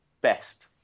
best